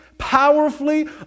powerfully